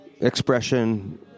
expression